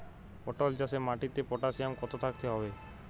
পটল চাষে মাটিতে পটাশিয়াম কত থাকতে হবে?